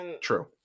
True